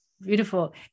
Beautiful